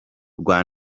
rwa